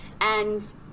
And